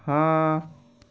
ہاں